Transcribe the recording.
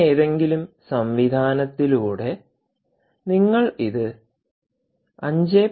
മറ്റേതെങ്കിലും സംവിധാനത്തിലൂടെ നിങ്ങൾ ഇത് 5